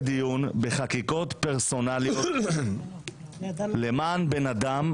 דיון בחקיקות פרסונליות למען בן אדם,